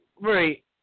Right